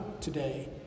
today